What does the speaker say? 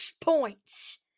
points